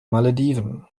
malediven